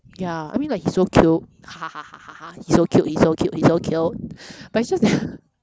ya I mean like he's so cute ha ha ha ha ha he's so cute he's so cute he's so cute but it's just that